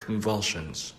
convulsions